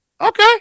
Okay